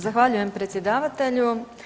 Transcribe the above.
Zahvaljujem predsjedavatelju.